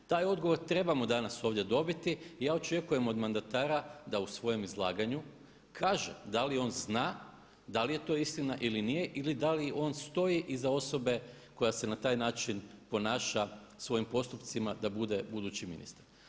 Taj odgovor trebamo danas ovdje dobiti i ja očekujem od mandata da u svojem izlaganju kaže da li on zna da li je to istina ili nije i da li on stoji iza osobe koja se na taj način ponaša, svojim postupcima da bude budući ministar.